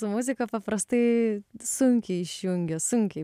su muzika paprastai sunkiai išjungia sunkiai